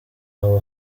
aho